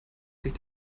sich